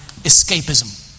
escapism